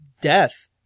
Death